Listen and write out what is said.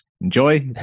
enjoy